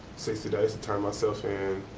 sixty days to turn myself in.